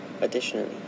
Additionally